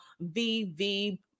vv